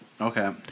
Okay